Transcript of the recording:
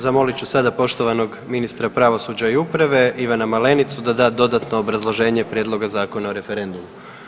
Zamolit ću sada poštovanog ministra pravosuđa i uprave Ivana Malenicu da da dodatno obrazloženje Prijedlog Zakona o referendumu.